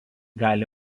gali